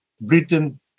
Britain